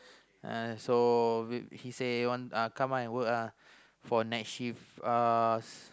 uh so he say want come out and work lah for night shift ah